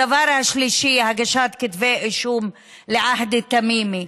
הדבר השלישי, הגשת כתבי אישום על עהד תמימי,